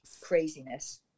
craziness